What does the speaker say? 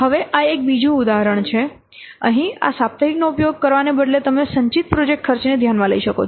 હવે આ બીજું એક ઉદાહરણ છે અહીં આ સાપ્તાહિકનો ઉપયોગ કરવાને બદલે તમે સંચિત પ્રોજેક્ટ ખર્ચને ધ્યાનમાં લઇ શકો છો